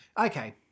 Okay